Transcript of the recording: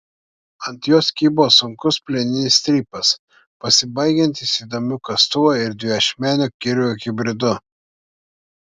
ant jos kybo sunkus plieninis strypas pasibaigiantis įdomiu kastuvo ir dviašmenio kirvio hibridu